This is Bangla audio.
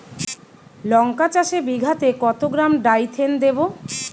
লঙ্কা চাষে বিঘাতে কত গ্রাম ডাইথেন দেবো?